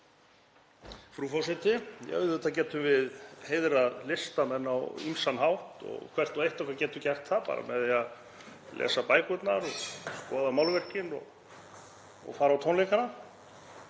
Frú forseti. Auðvitað getum við heiðrað listamenn á ýmsan hátt, hvert og eitt okkar gætu gert það bara með því að lesa bækurnar og skoða málverkin og fara á tónleikana.